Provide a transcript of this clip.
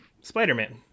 spider-man